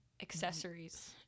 accessories